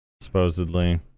supposedly